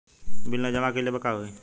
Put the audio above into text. Bill न जमा कइले पर का होई?